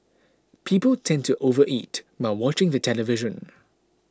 people tend to overeat while watching the television